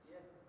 Yes